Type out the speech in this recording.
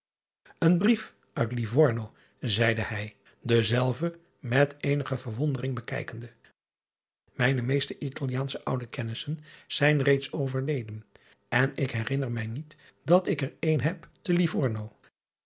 en brief uit ivorno zeide hij denzelven met eenige verwondering bekijkende mijne meeste taliaansche oude kennissen zijn reeds overleden en ik herinner mij niet dat ik er een heb te ivorno